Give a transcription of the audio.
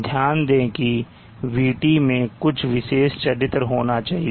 ध्यान दें कि VT मैं कुछ विशेष चरित्र होना चाहिए